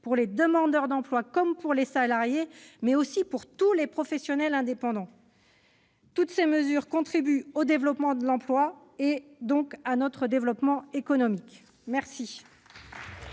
pour les demandeurs d'emploi comme pour les salariés, mais aussi pour tous les professionnels indépendants. Toutes ces mesures contribuent au développement de l'emploi, donc à notre développement économique. La